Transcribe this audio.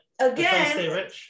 again